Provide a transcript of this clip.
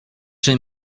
czy